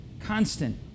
Constant